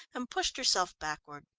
and pushed herself backward,